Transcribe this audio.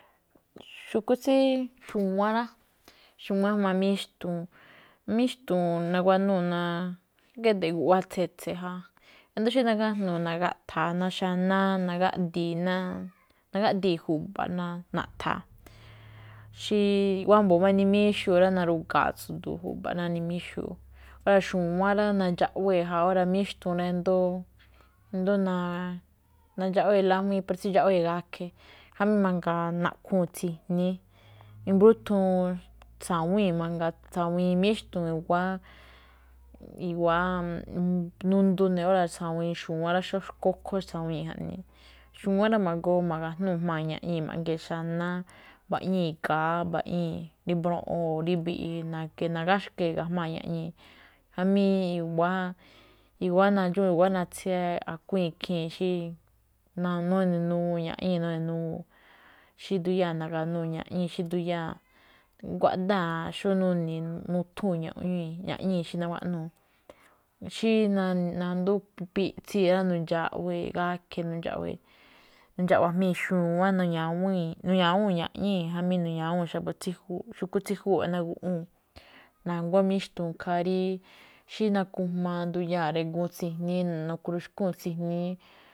Xu̱kú tsí xu̱wán rá, xu̱wán jma̱á máꞌ míxtu̱u̱n, míxtuun nawanúu̱ géde̱e̱ꞌ guꞌwáá tsetse ja, ído̱ xí nagájnuu̱ nagáꞌtha̱a̱ ná xanáá, nagaꞌdii̱, nagaꞌdii̱ ju̱ba̱ ná naꞌthaa̱, xí wámbo̱o̱ máꞌ nimíxuu̱ rá narugua̱a̱ tsu̱du̱u̱ ju̱ba̱ꞌ ná nimíxuu̱. Óra̱ xu̱wán rá, nandxaꞌwée̱ ja, óra̱ míxtu̱u̱n nandxaꞌwee̱ lájuíin pero tsíndxaꞌwee̱ gakhe̱ jamí mangaa, naꞌkhúu̱n tsi̱jní. I̱mbrúthun tsa̱wíi̱n mangaa, tsa̱wi̱i̱n míxtu̱u̱n i̱wa̱á, i̱wa̱á nundu ne̱, óra̱ tsa̱wi̱i̱n xu̱wán xó xkókho tsa̱wi̱i̱n jaꞌnii. Xu̱wán rá, magoo ma̱ga̱jnúu̱ jmáa̱ ña̱ꞌñii̱ ma̱ꞌgee̱ xanáá, mbaꞌñii̱ ga̱á, mbaꞌñii̱ rí mbroꞌon o rí mbiꞌi na̱ke̱e̱ nagáxkee̱ ga̱jmáa̱ ña̱ꞌñii̱. Jamí i̱wa̱á, i̱wa̱á nadxuun, iwa̱á natse a̱kuíi̱n ikhii̱n xí, nandoo nune̱ nuwii̱n ña̱ꞌñíi̱, xí ndiyáa̱ na̱ga̱núu̱ ña̱ꞌñíi̱, xí ndiyáa̱, guáꞌdaa̱ xó nuni̱i̱, muthuu̱n ña̱ꞌñíi̱, ña̱ꞌñíi̱, xí nagua̱ꞌnuu̱. Xi nandúu̱n gúpiꞌtsii̱ rá, nundxa̱ꞌwe̱e̱ gakhe̱ nundxawe̱e̱, nundxa̱ꞌwee̱ gajmíi̱n iꞌwíin xu̱wán nu̱ña̱wu̱ún ña̱ꞌñíi̱ jamí nu̱ña̱wúu̱n xu̱kú tsí jú, xu̱kú tsí júwa̱ꞌ ná guꞌwúu̱n. Na̱nguá míxtu̱u̱n ikhaa rí xí nakujmaa nduyáa̱ ngrigu̱ún tsi̱jní nagó ruxkuu̱n tsi̱jní.